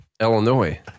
illinois